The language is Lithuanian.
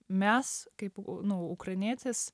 mes kaip nu ukrainietės